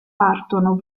partono